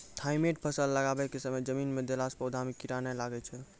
Thimet फ़सल लगाबै के समय जमीन मे देला से पौधा मे कीड़ा नैय लागै छै?